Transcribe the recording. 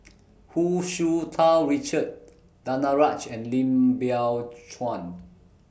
Hu Tsu Tau Richard Danaraj and Lim Biow Chuan